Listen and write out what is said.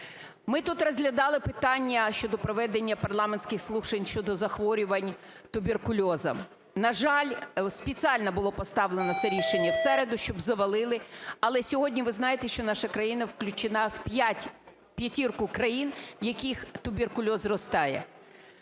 Ми тут розглядали питання щодо проведення парламентських слухань щодо захворювань туберкульозом. На жаль, спеціально було поставлено це рішення в середу, щоб завалили. Але сьогодні ви знаєте, що наша країна включена в п'ятірку країн, в яких туберкульоз зростає.